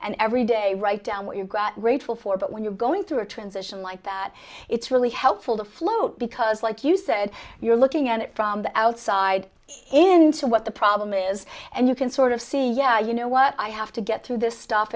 and every day write down what you've got grateful for but when you're going through a transition like that it's really helpful to float because like you said you're looking at it from the outside in to what the problem is and you can sort of see yeah you know what i have to get through this stuff